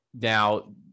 Now